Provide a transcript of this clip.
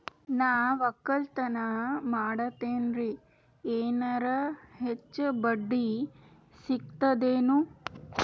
ನಾ ಒಕ್ಕಲತನ ಮಾಡತೆನ್ರಿ ಎನೆರ ಹೆಚ್ಚ ಬಡ್ಡಿ ಸಿಗತದೇನು?